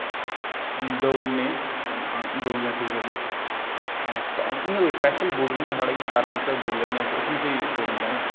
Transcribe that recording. दौड़ने दौड़ना ठीक ऐ ते इयां कोई स्पेशल बूट नेई ऐ साड़ा को इयै चार पंज सो दा बूट लैन्ने आं ते इस कन्नै स्हेई दडोंदा नेईं